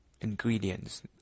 ingredients